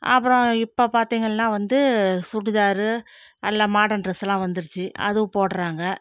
அப்புறம் இப்போ பார்த்தீங்கள்னா வந்து சுடிதார் நல்லா மார்டன் டிரெஸ்லாம் வந்துடுச்சு அதுவும் போடுறாங்க